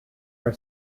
are